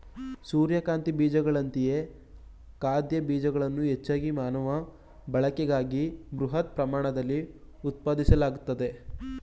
ಸೂರ್ಯಕಾಂತಿ ಬೀಜಗಳಂತೆಯೇ ಖಾದ್ಯ ಬೀಜಗಳನ್ನು ಹೆಚ್ಚಾಗಿ ಮಾನವ ಬಳಕೆಗಾಗಿ ಬೃಹತ್ ಪ್ರಮಾಣದಲ್ಲಿ ಉತ್ಪಾದಿಸಲಾಗ್ತದೆ